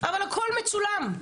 אבל הכול מצולם.